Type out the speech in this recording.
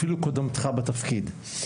אפילו קודמתך בתפקיד.